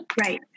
Right